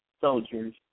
soldiers